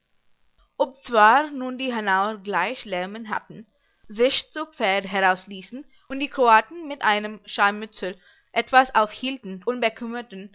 zwar nun die hanauer gleich lärmen hatten sich zu pferd herausließen und die kroaten mit einem scharmützel etwas aufhielten